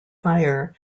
fire